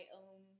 own